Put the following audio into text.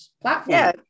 platform